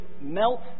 melt